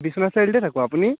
বিশ্বনাথ চাৰিআলিতে থাকোঁ আপুনি